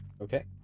Okay